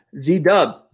Z-Dub